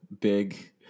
big